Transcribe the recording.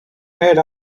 made